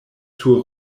sur